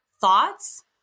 thoughts